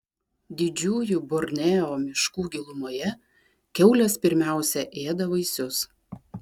didžiųjų borneo miškų gilumoje kiaulės pirmiausia ėda vaisius